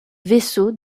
vaisseau